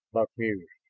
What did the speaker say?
buck mused.